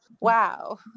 Wow